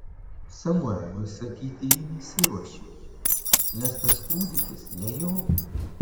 samueliui sakyti ji nesiruošė nes tas kūdikis ne jo